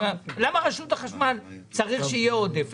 למה ברשות החשמל צריך שיהיה עודף?